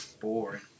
boring